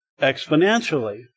exponentially